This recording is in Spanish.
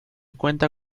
cuenta